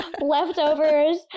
leftovers